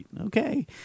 okay